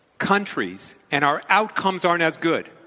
countries, and our outcomes aren't as good.